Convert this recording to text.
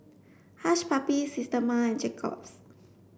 Hush Puppies Systema and Jacob's